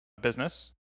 business